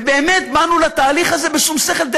ובאמת, באנו לתהליך הזה בשום שכל.